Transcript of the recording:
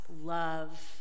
love